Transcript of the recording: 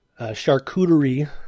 charcuterie